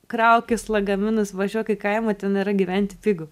kraukis lagaminus važiuok į kaimą ten yra gyventi pigu